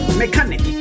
mechanic